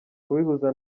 kubihuza